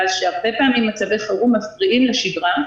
שהרבה פעמים מצבי חירום מפריעים לשגרה,